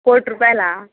కోటి రూపాయలా